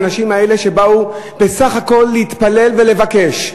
לאנשים האלה שבאו בסך הכול להתפלל ולבקש?